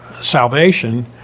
salvation